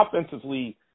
offensively